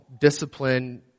discipline